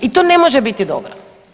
I to ne može biti dobro.